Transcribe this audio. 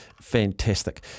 fantastic